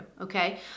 okay